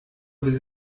will